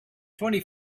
twenty